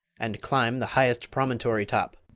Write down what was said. and climb the highest promontory top.